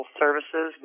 services